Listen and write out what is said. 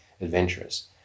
adventurous